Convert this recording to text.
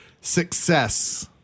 success